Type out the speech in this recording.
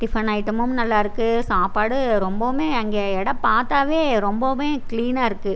tiffin ஐட்டமும் நல்லா இருக்குது சாப்பாடு ரொம்பவும் அங்கே இடம் பார்த்தால் ரொம்பவும் கிளீன்னாக இருக்குது